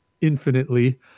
infinitely